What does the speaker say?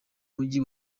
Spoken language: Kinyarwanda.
mujyi